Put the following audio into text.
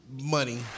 money